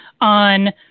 on